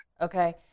Okay